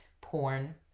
porn